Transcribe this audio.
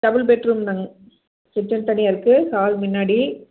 double bedroom தாங்க kitchen தனியாக இருக்குது ஹால் முன்னாடி